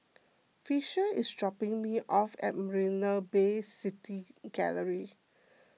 Fisher is dropping me off at Marina Bay City Gallery